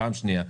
פעם שנייה.